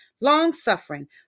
long-suffering